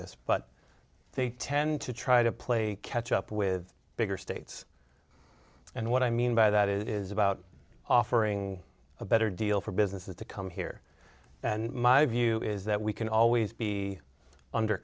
this but they tend to try to play catch up with bigger states and what i mean by that is about offering a better deal for businesses to come here and my view is that we can always be under